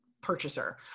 purchaser